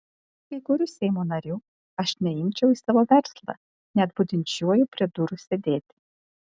kai kurių seimo narių aš neimčiau į savo verslą net budinčiuoju prie durų sėdėti